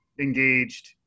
engaged